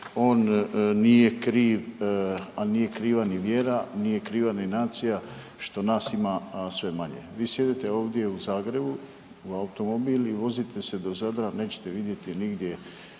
a nije kriva ni vjera, nije kriva ni nacija što nas ima sve manje. Vi sjedite ovdje u Zagrebu u automobil i vozite se do Zadra nećete vidjeti nigdje